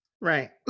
right